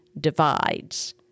divides